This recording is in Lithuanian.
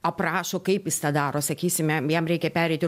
aprašo kaip jis tą daro sakysime jam reikia pereiti